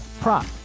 prop